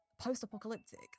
post-apocalyptic